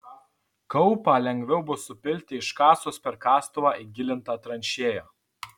kaupą lengviau bus supilti iškasus per kastuvą įgilintą tranšėją